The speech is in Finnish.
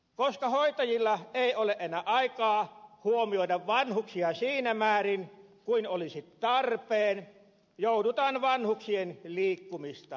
koska hoitajilla ei ole enää aikaa huomioida vanhuksia siinä määrin kuin olisi tarpeen joudutaan vanhuksien liikkumista rajaamaan